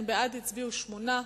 ובכן, בעד הצביעו שמונה,